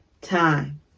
time